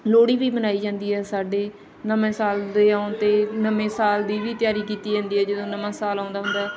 ਲੋਹੜੀ ਵੀ ਮਨਾਈ ਜਾਂਦੀ ਹੈ ਸਾਡੇ ਨਵੇਂ ਸਾਲ ਦੇ ਆਉਣ 'ਤੇ ਨਵੇਂ ਸਾਲ ਦੀ ਵੀ ਤਿਆਰੀ ਕੀਤੀ ਜਾਂਦੀ ਹੈ ਜਦੋਂ ਨਵਾਂ ਸਾਲ ਆਉਂਦਾ ਹੁੰਦਾ